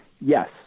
yes